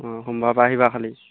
অঁ সোমবাৰৰ পৰা আহিবা খালি